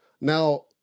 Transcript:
Now